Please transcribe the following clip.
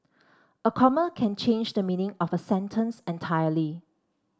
a comma can change the meaning of a sentence entirely